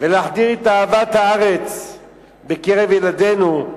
ולהחדיר את אהבת הארץ בקרב ילדינו,